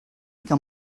que